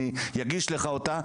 אני אגיש לך אותה,